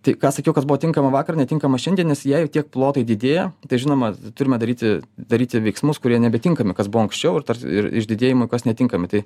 tai ką sakiau kas buvo tinkama vakar netinkama šiandien nes jei jau tiek plotai didėja tai žinoma turime daryti daryti veiksmus kurie nebetinkami kas buvo anksčiau ir tarsi iš didėjimo kas netinkami tai